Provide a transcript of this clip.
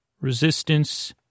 resistance